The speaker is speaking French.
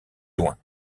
loin